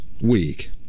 week